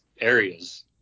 areas